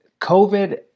COVID